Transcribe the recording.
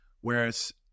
Whereas